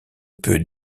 peut